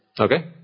Okay